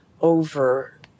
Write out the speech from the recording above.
over